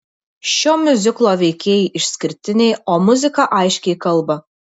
šio miuziklo veikėjai išskirtiniai o muzika aiškiai kalba